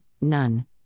none